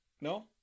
no